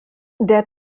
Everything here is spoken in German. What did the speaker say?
der